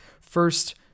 first